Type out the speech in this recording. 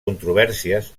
controvèrsies